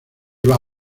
iba